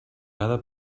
cada